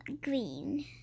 green